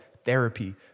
Therapy